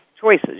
choices